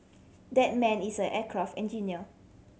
that man is an aircraft engineer